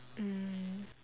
mm